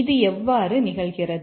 இது எவ்வாறு நிகழ்கிறது